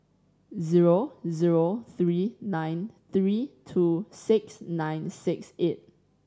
zero zero three nine three two six nine six eight